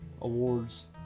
awards